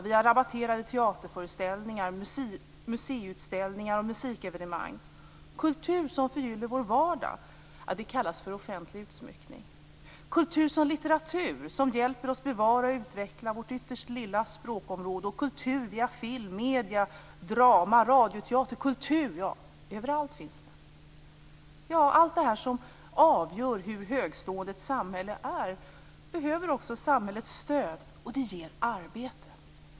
Vi har rabatterade teaterföreställningar, museiutställningar och musikevenemang. Kultur som förgyller vår vardag kallas för offentlig utsmyckning. Kultur är litteratur som hjälper oss att bevara och utveckla vårt ytterst lilla språkområde, och kultur är film, media, drama och radioteater. Kultur finns överallt. Allt detta som avgör hur högtstående ett samhälle är behöver också samhällets stöd. Och det ger arbete.